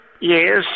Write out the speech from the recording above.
Yes